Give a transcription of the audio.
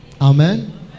Amen